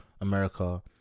America